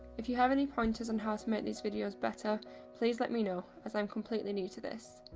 if you have any pointers on how to make these videos better please let me know as i'm completely new to this.